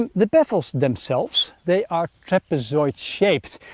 the baffles themselves, they are trapezoid shaped.